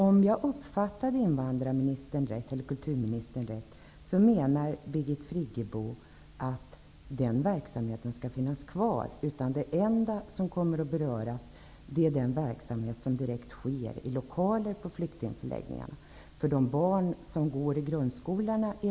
Om jag uppfattade kulturministern rätt menar Birgit Friggebo att den verksamheten skall finns kvar och det enda som kommer att beröras är den verksamhet som sker i lokaler på flyktingförläggningarna.